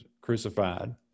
crucified